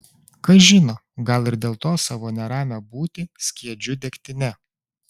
kas žino gal ir dėl to savo neramią būtį skiedžiu degtine